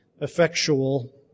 effectual